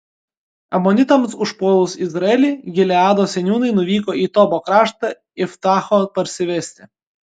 amonitams užpuolus izraelį gileado seniūnai nuvyko į tobo kraštą iftacho parsivesti